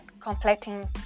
completing